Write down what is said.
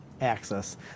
access